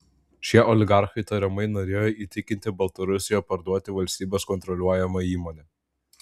šie oligarchai tariamai norėjo įtikinti baltarusiją parduoti valstybės kontroliuojamą įmonę